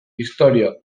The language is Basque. istorio